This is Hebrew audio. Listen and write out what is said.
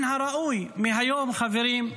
מהיום, חברים,